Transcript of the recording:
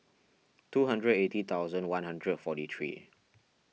two hundred and eighty thousand one hundred and forty three